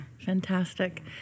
fantastic